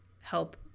help